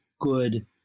good